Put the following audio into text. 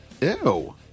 Ew